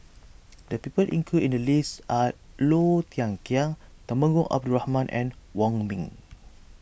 the people included in the list are Low Thia Khiang Temenggong Abdul Rahman and Wong Ming